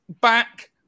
back